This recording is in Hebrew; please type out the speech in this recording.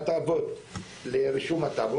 הטבות לרישום הטאבו,